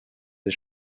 des